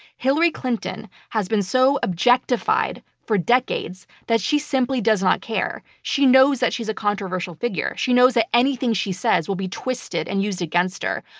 hillary clinton has been so objectified for decades that she simply does not care. she knows that she's a controversial figure. she knows that anything she says will be twisted and used against her,